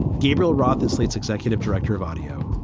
gabriel roth is slate's executive director of audio.